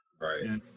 Right